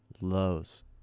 lows